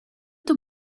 too